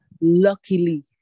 Luckily